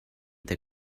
the